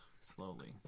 slowly